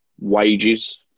wages